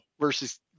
versus